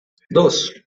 dos